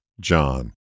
John